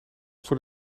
voor